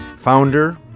founder